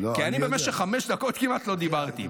כי אני במשך חמש דקות כמעט לא דיברתי.